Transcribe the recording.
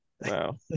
wow